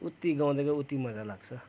उति गाउदै गयो उति मजा लाग्छ